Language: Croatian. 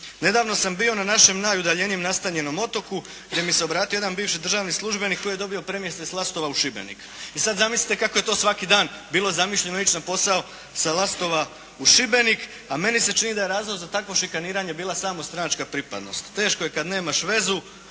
Nedavno sam bio na našem najudaljenijem nastanjenom otoku gdje mi se obratio jedan bivši državni službenik koji je dobio premještaj s Lastova u Šibenik. I sada zamislite kako je to svaki dan bilo zamišljeno ići na posao s Lastova u Šibenik, a meni se čini da je razlog za takvo šikaniranje bilo samo stranačka pripadnost. Teško je kada nemaš vezu